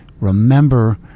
remember